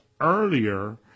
earlier